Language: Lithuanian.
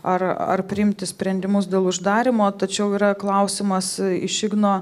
ar ar priimti sprendimus dėl uždarymo tačiau yra klausimas iš igno